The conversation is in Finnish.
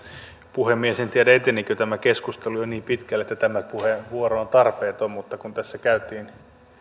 puhemies en tiedä etenikö tämä keskustelu jo niin pitkälle että tämä puheenvuoro on tarpeeton mutta kun tässä käytiin